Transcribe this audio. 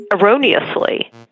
erroneously